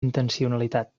intencionalitat